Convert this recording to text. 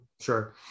Sure